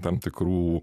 tam tikrų